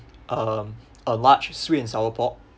uh a large sweet and sour pork